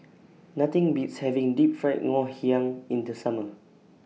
Nothing Beats having Deep Fried Ngoh Hiang in The Summer